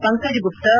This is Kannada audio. ಪಂಕಜ್ ಗುಪ್ತಾ